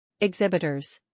Exhibitors